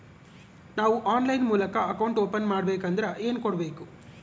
ನಾವು ಆನ್ಲೈನ್ ಮೂಲಕ account open ಮಾಡಬೇಂಕದ್ರ ಏನು ಕೊಡಬೇಕು?